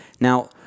Now